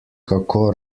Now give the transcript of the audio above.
kako